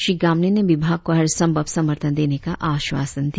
श्री गामलिन ने विभाग को हर संभव समर्थन देने का आश्वासन दिया